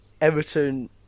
Everton